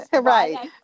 right